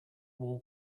wall